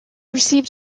received